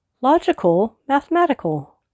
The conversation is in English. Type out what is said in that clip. logical-mathematical